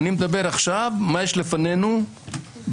אני מדבר עכשיו על מה שיש לפנינו במכלול,